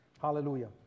hallelujah